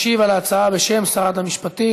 משיב על ההצעה בשם שרת המשפטים,